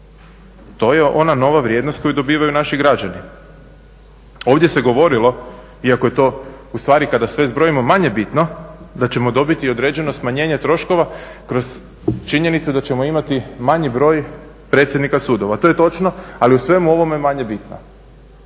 To je ona nova vrijednost koju dobivaju naši građani. Ovdje se govorilo, iako je to ustvari kada sve zbrojimo manje bitno, da ćemo dobiti određeno smanjenje troškova kroz činjenicu da ćemo imati manji broj predsjednika sudova. To je točno, ali u svemu ovome manje bitno.